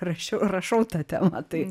rašiau rašau ta tema tai